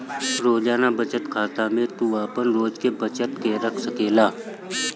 रोजाना बचत खाता में तू आपन रोज के बचत के रख सकेला